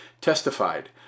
testified